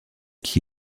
qui